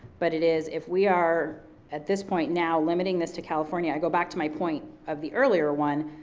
but it is, if we are at this point now, limiting this to california, i go back to my point of the earlier one,